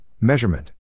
Measurement